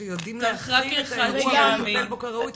שיודעים להכיל את האירוע ולטפל בו כראוי,